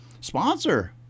Sponsor